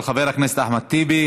של חבר הכנסת אחמד טיבי.